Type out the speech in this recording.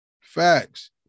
Facts